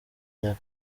myaka